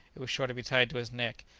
it was sure to be tied to his neck,